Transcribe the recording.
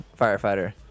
firefighter